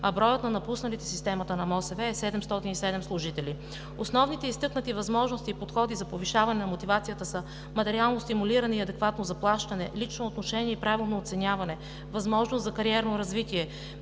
а броят на напусналите системата на МОСВ е 707 служители. Основните изтъкнати възможности и подходи за повишаване на мотивацията са: материално стимулиране и адекватно заплащане, лично отношение и правилно оценяване, възможност за кариерно развитие,